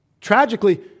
Tragically